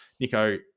Nico